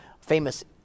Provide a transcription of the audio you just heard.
famous